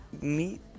meet